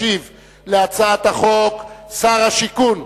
ישיב על הצעת החוק שר השיכון,